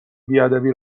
بیادبی